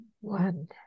one